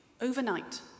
overnight